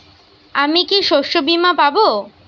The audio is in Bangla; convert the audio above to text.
আমি কি শষ্যবীমা পাব?